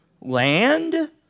Land